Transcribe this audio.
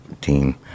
team